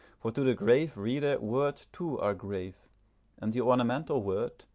for to the grave reader words too are grave and the ornamental word,